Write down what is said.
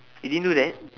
you didn't do that